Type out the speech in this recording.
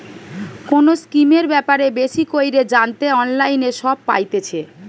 কোনো স্কিমের ব্যাপারে বেশি কইরে জানতে অনলাইনে সব পাইতেছে